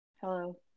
Hello